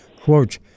quote